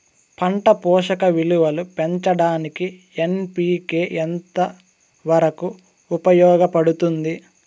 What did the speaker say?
పంట పోషక విలువలు పెంచడానికి ఎన్.పి.కె ఎంత వరకు ఉపయోగపడుతుంది